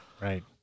Right